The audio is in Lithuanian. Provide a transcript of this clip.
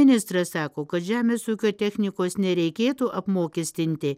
ministras sako kad žemės ūkio technikos nereikėtų apmokestinti